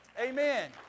Amen